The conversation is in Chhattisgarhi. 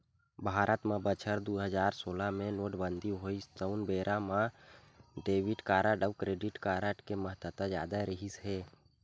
भारत म बछर दू हजार सोलह मे नोटबंदी होइस तउन बेरा म डेबिट कारड अउ क्रेडिट कारड के महत्ता जादा रिहिस हे